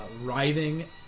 Writhing